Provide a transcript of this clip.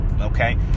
okay